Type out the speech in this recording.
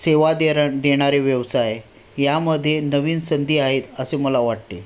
सेवा देन देणारे व्यवसाय यामध्ये नवीन संधी आहेत असे मला वाटते